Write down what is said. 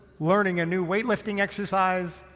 learning a new weightlifting exercise,